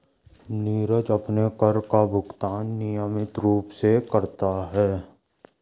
नीरज अपने कर का भुगतान नियमित रूप से करता है